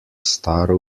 staro